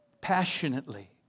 passionately